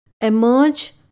emerge